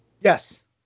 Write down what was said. Yes